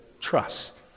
trust